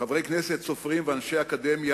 חברי כנסת, סופרים ואנשי אקדמיה.